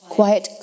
Quiet